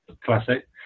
classic